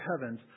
heavens